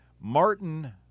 martin